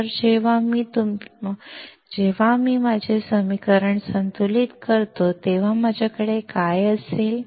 तर जेव्हा मी माझे समीकरण संतुलित करतो तेव्हा माझ्याकडे काय असेल